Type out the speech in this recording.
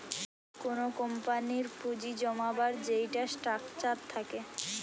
কুনো কোম্পানির পুঁজি জমাবার যেইটা স্ট্রাকচার থাকে